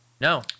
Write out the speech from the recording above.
no